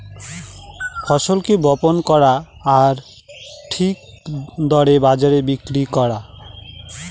ফসলকে বপন করা আর ঠিক দরে বাজারে বিক্রি করা